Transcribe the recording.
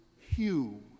hue